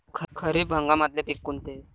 खरीप हंगामातले पिकं कोनते?